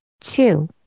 Two